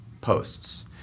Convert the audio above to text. posts